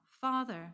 Father